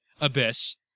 abyss